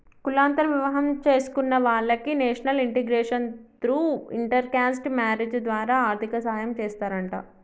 కులాంతర వివాహం చేసుకున్న వాలకి national integration through inter caste marriage ద్వారా ఆర్థిక సాయం చేస్తారంట